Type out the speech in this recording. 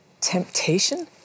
temptation